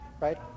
right